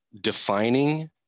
defining